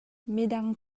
midang